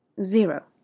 zero